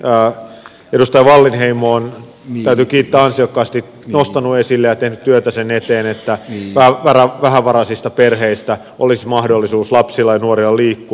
edustaja wallinheimo on täytyy kiittää ansiokkaasti nostanut esille ja tehnyt työtä sen eteen että vähävaraisista perheistä olisi mahdollisuus lapsilla ja nuorilla liikkua